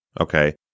Okay